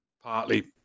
partly